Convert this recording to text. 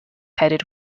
headed